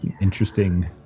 interesting